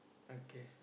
okay